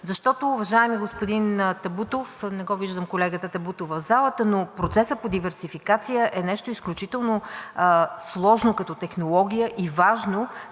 Защото, уважаеми господин Табутов – не виждам колегата Табутов в залата, но процесът по диверсификация е нещо изключително сложно като технология и важно,